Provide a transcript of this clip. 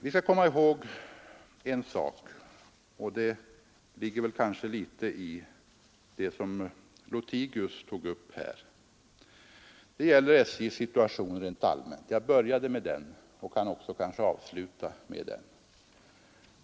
Vi skall komma ihåg en sak, och den ligger kanske litet i linje med det som herr Lothigius tog upp, nämligen SJ:s situation rent allmänt. Jag började med den och jag kan kanske också avsluta med den.